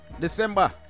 December